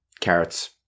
carrots